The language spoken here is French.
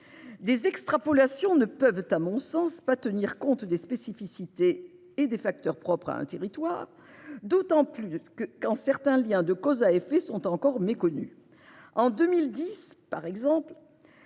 Des extrapolations ne peuvent pas tenir compte, à mon sens, des spécificités et des facteurs propres à un territoire, d'autant plus quand certains liens de cause à effet sont encore méconnus. En 2010, par exemple,